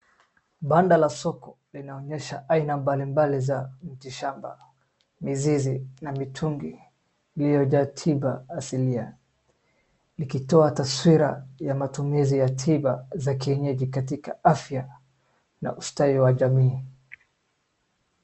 Banda la soko linaonyesha aina mbalimbali za mti shamba, mzizi na mitungi iliyojaa tiba asilia likitoa taswira ya matumizi ya tiba za kienyeji katika afya na ustawi wa jamii.